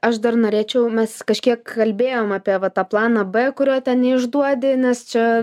aš dar norėčiau mes kažkiek kalbėjom apie vat tą planą b kurio ten neišduodi nes čia